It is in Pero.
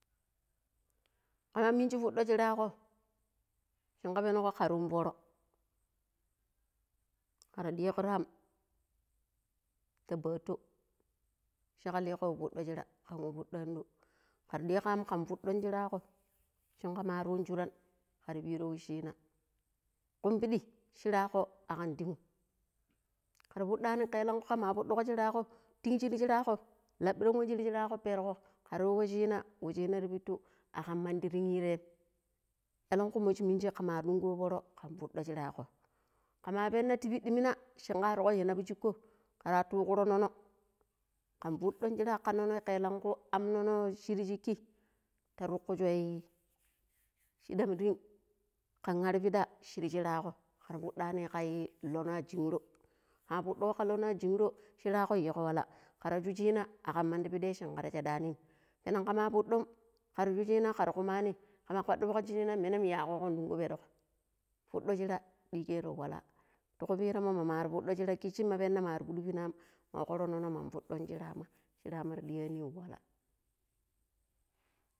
kama minji fuɗo shira go shinga pengo kar yun fooro kar digru am ti bato shi ka ligo wa fuɗo shira kan wa fuɗo anɗo kar ɗigoo am kan foɗurun sira go shingamar yun shuran kar piru washinna kumu piɗi shirago agam tingrin kar fuɗani keelankui ka ma fuɗugo shrago tingrin shir shrago laɓiran wai shir shrag̱o perogo kar wa waishina, washina ti pitu aƙam mandi tingrin ti ye keelakui mo shi mingi mar ɗungugo fooro kan futo shirago kama pena ti piɗi mina shinga aargo ya nabu shigg ko karaatu ugro trono kan fuɗon shira ka tronoi keelankui trono shir shiki ta trukujoi shiɗam tingri kan ari piɗa shir shirago kar fuɗani ka lonowa jingro kama fuɗugo lonowa jingro shirago yigo walla kar shu shiina aƙam mandi piɗai shin ƙar shaɗanim penan ka ma fuɗom kar shu shina kar kumani kama kuaɗina fuk shinai menam yaƙogo ɗungugo ɓedugo fuɗo shira ɗigaro walla ti ku piran mo mama fuɗo shira kitshi ma penna mar fuɗu am mar koro trono mar fuɗun shrama ma shirama tra ɗia ni walla